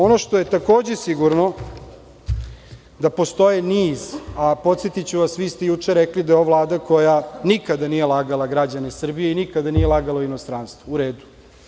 Ono što je takođe sigurno, da postoji niz, a podsetiću vas, vi ste juče rekli da je ovo Vlada koja nikada nije lagala građane Srbije, i nikada nije lagala u inostranstvu, u redu.